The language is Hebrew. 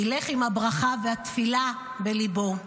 ילך עם הברכה והתפילה בליבו.